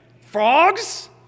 Frogs